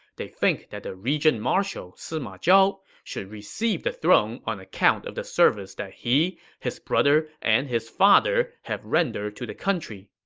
they think that the regent-marshal, sima zhao, should receive the throne on account of the service that he, his brother, and his father have rendered to the country.